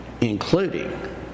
including